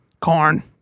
Corn